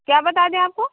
क्या बता दें आपको